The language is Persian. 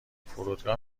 فرودگاه